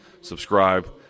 Subscribe